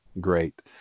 great